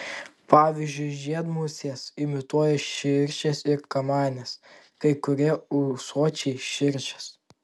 pavyzdžiui žiedmusės imituoja širšes ir kamanes kai kurie ūsuočiai širšes